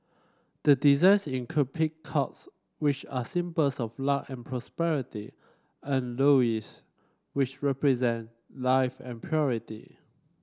the designs include peacocks which are symbols of luck and prosperity and lotuses which represent life and purity